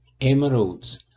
emeralds